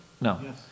No